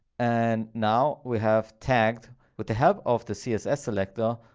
and now we have tagged with the help of the css selector,